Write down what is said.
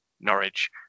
Norwich